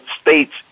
states